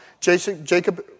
Jacob